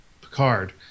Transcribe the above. Picard